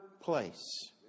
place